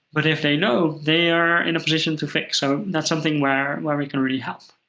but if they know, they are in a position to fix, so that's something where where we can really help.